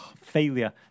Failure